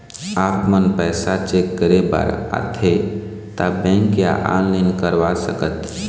आपमन पैसा चेक करे बार आथे ता बैंक या ऑनलाइन करवा सकत?